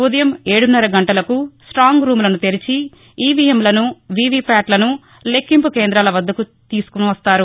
ఉదయం ఏడున్నర గంటలకు ప్రాంగ్ రూములను తెరచి ఈవీఎంలను వీవీ ప్యాట్లను లెక్కింపు కేందాల వద్దకు చేరుస్తారు